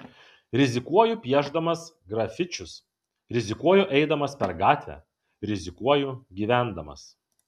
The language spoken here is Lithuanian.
rizikuoju piešdamas grafičius rizikuoju eidamas per gatvę rizikuoju gyvendamas